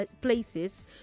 places